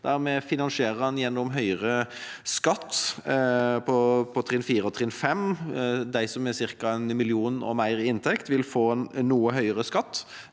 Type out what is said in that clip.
vi finansierer dette gjennom høyere skatt på trinn 4 og 5. De som har ca. 1 mill. kr og mer i inntekt, vil få en noe høyere skatt,